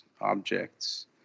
objects